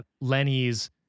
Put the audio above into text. Lenny's